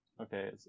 Okay